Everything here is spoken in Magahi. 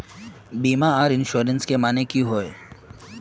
बीमा आर इंश्योरेंस के माने की होय?